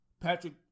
Patrick